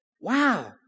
Wow